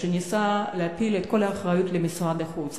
שניסה להפיל את כל האחריות על משרד החוץ.